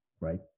right